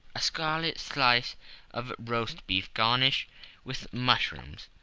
a scarlet slice of roast beef garnished with mushrooms,